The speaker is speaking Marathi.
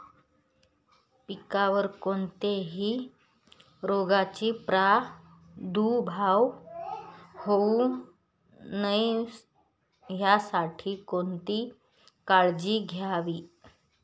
पिकावर कोणत्याही रोगाचा प्रादुर्भाव होऊ नये यासाठी कोणती काळजी घ्यावी?